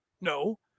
No